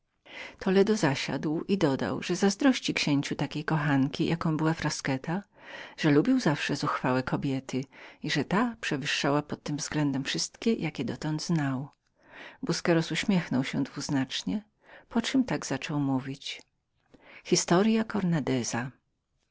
toledo zasiadł i dodał że zazdrościł księciu takiej kochanki jaką była frasqueta że lubił zawsze zuchwałe kobiety i że ta przewyższała pod tym względem wszystkie jakie dotąd znał busqueros uśmiechnął się dwuznacznie poczem tak zaczął mówić